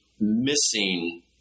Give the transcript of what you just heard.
missing